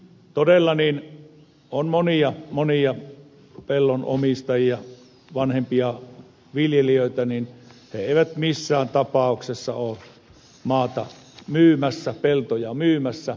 todella on monia monia pellonomistajia vanhempia viljelijöitä jotka eivät missään tapauksessa ole maata myymässä peltoja myymässä